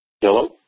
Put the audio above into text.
Hello